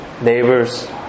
neighbors